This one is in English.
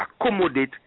accommodate